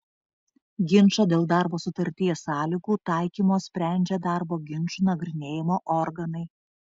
ginčą dėl darbo sutarties sąlygų taikymo sprendžia darbo ginčų nagrinėjimo organai